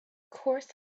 course